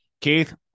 Keith